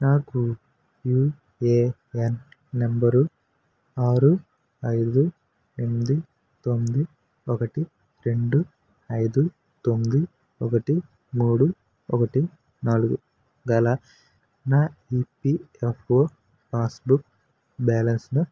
నాకు UAN number ఆరు ఐదు ఎనిమిది తొమ్మిది ఒకటి రెండు ఐదు తొమ్మిది ఒకటి మూడు ఒకటి నాలుగు గల నా ఈపిఎఫ్ ఓ పాస్బుక్ బ్యాలన్స్ను